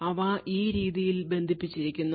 അവ ഈ രീതിയിൽ ബന്ധിപ്പിച്ചിരിക്കുന്നു